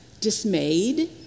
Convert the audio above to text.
dismayed